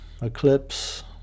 eclipse